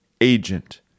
agent